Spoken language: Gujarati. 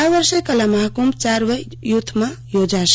આ વર્ષે કલા મહાકુંભ ચાર વય જૂથમાં યોજાશે